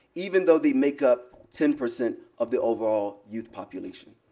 even though they make up ten percent of the overall youth population.